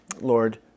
Lord